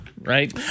right